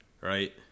right